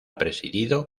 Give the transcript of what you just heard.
presidido